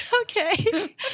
Okay